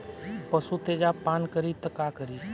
पशु तेजाब पान करी त का करी?